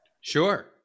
Sure